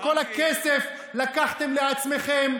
את כל הכסף לקחתם לעצמכם.